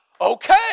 okay